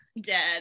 dead